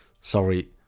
sorry